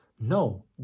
No